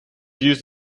used